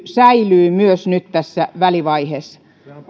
säilyy myös nyt tässä välivaiheessa